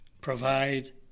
provide